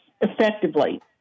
effectively